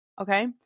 Okay